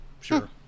Sure